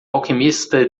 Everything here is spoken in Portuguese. alquimista